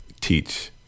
teach